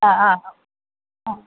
ആ ആ ആ